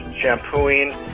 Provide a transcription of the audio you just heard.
shampooing